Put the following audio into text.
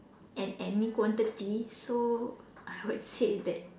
at any quantity so I would say that